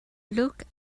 luke